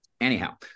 Anyhow